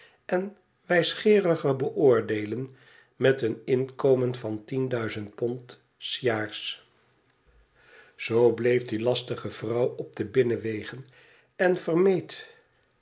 en wijsgeeriger beoordeelen met een inkomen van tien duizend pond s jaars zoo bleef die lastige vrouw op de binnenwegen en vermeed